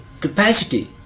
capacity